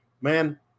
man